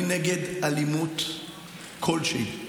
אני נגד אלימות כלשהי.